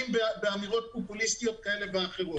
באמירות פופוליסטיות כאלה ואחרות.